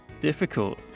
difficult